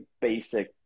basic